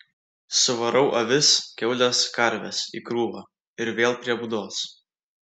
suvarau avis kiaules karves į krūvą ir vėl prie būdos